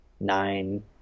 nine